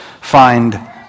find